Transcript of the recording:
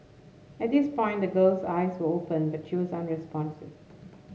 at this point the girl's eyes were open but she was unresponsive